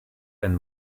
ein